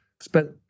spent